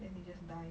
then they just die